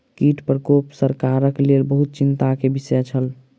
कीट प्रकोप सरकारक लेल बहुत चिंता के विषय छल